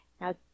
Now